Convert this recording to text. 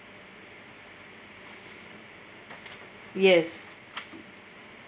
yes